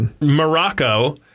Morocco